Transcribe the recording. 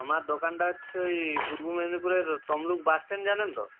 আমার দোকানটা হচ্ছে ওই পূর্ব মেদিনীপুরের তমলুক বাস স্ট্যান্ড জানেন তো